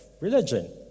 religion